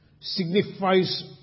signifies